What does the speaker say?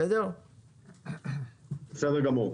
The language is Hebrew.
בסדר גמור.